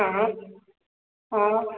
हा हा